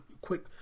quick